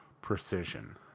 precision